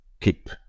keep